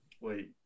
Wait